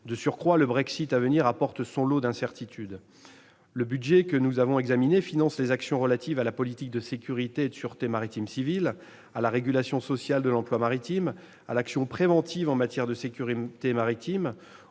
De surcroît, la perspective du Brexit est source d'incertitudes. Le projet de budget que nous examinons finance les actions relatives à la politique de sécurité et de sûreté maritimes civiles, à la régulation sociale de l'emploi maritime, à l'action préventive en matière de sécurité maritime,